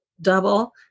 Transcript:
double